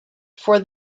for